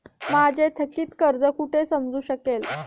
माझे थकीत कर्ज कुठे समजू शकेल?